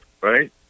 Right